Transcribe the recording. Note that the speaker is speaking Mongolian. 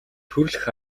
төрөлх